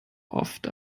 oft